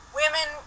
women